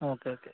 okay okay